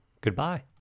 Goodbye